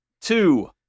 two